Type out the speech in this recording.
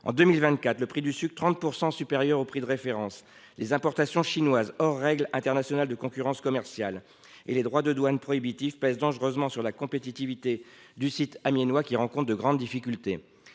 En 2024, le prix du sucre, de 30 % supérieur au prix de référence, les importations chinoises hors règles internationales de concurrence commerciale et les droits de douane prohibitifs pèsent dangereusement sur la compétitivité du site amiénois, qui rencontre de grandes difficultés.